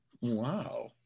Wow